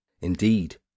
indeed